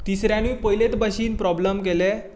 तिसऱ्यानूय पयलेंच बशेन प्रोब्लम केलें